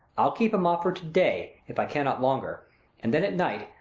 i'll keep him off for to-day, if i cannot longer and then at night,